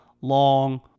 long